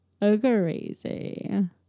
crazy